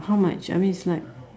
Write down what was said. how much I mean it's like